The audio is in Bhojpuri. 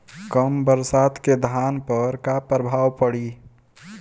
कम बरसात के धान पर का प्रभाव पड़ी?